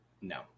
No